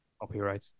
Copyright